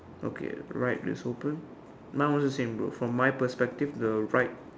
okay right is open now also same bro from my perspective the right